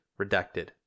redacted